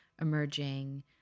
emerging